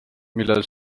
millel